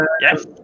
Yes